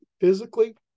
physically